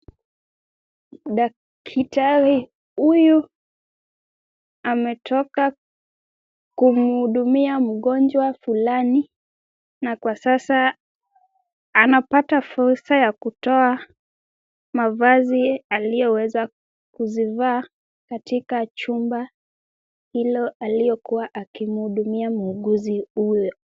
Daktari huyu ametoka kumuhudumia mgonjwa fulani, na kwa sasa anapata fursa ya kutoa mavazi aliyoweza kuzivaa, katika chumba hilo aliyokuwa akimuhudumia muuguzi huyo.